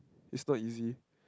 it's not easy